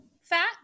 fat